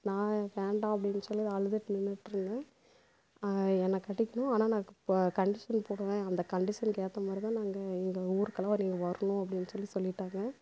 நான் வேண்டாம் அப்படின் சொல்லி அழுதுகிட்டு நின்றுட்ருந்தேன் என்ன கட்டிக்கணும் ஆனால் இப்போது கண்டிஷன் போடுவேன் அந்த கண்டிஷனுக்கு ஏற்ற மாதிரி தான் நான் அங்கே எங்கள் ஊருக்கெல்லாம் நீங்கள் வரணும் அப்படின் சொல்லி சொல்லிவிட்டாங்க